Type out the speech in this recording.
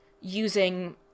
using